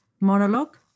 monologue